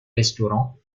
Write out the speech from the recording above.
restaurant